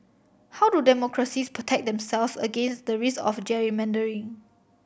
how do democracies protect themselves against the risk of gerrymandering